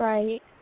Right